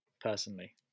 personally